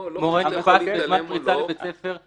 שמורה נתפס בזמן פריצה לבית ספר,